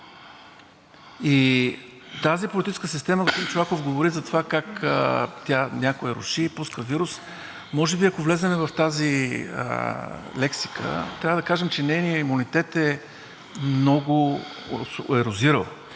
И тази политическа система, господин Чолаков, говори за това как някой я руши, пуска вируси. Може би, ако влезем в тази лексика, трябва да кажем, че нейният имунитет е много ерозирал.